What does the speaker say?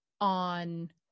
on